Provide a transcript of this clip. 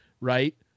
right